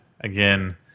again